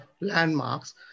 landmarks